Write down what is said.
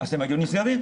הם היו נסגרים.